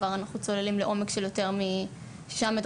שאנחנו צוללים לעומק של יותר משישה מטר?